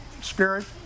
spirit